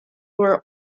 were